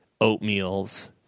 oatmeal's